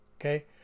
Okay